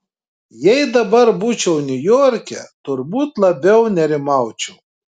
jei dabar būčiau niujorke turbūt labiau nerimaučiau